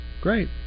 Great